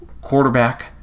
quarterback